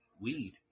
weed